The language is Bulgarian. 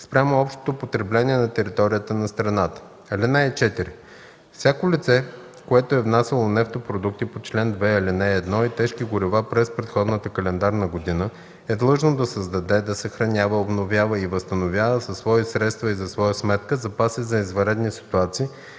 спрямо общото потребление на територията на страната. (4) Всяко лице, което е внасяло нефтопродукти по чл. 2, ал. 1 и тежки горива през предходната календарна година, е длъжно да създаде, да съхранява, обновява и възстановява със свои средства и за своя сметка запаси за извънредни ситуации